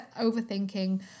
overthinking